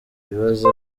ibibazo